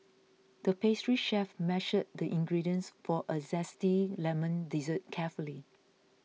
the pastry chef measured the ingredients for a Zesty Lemon Dessert carefully